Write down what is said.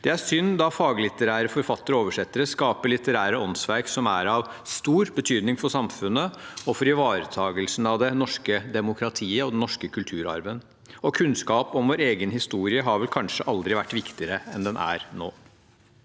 Det er synd, da faglitterære forfattere og oversettere skaper litterære åndsverk som er av stor betydning for samfunnet og for ivaretakelsen av det norske demokratiet og den norske kulturarven. Kunnskap om vår egen historie har vel kanskje aldri vært viktigere enn den er nå.